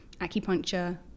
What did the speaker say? acupuncture